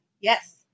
Yes